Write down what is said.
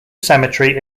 cemetery